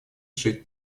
жить